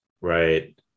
Right